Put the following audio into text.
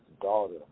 daughter